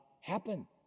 happen